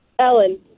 Ellen